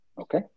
Okay